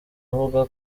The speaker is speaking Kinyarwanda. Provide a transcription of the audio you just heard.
avuga